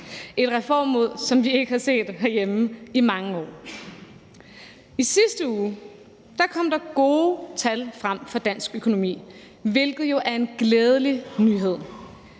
et reformmod, som vi ikke har set herhjemme i mange år. I sidste uge kom der gode tal frem om dansk økonomi, hvilket jo er en glædelig nyhed.